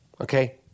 Okay